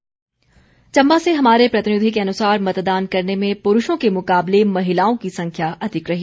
चम्बा मतदान चम्बा से हमारे प्रतिनिधि के अनुसार मतदान करने में पुरूषों के मुकाबले महिलाओं की संख्या अधिक रही